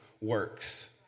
works